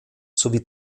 sowie